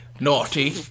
naughty